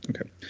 okay